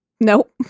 Nope